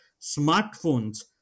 smartphones